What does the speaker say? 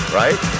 right